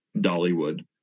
Dollywood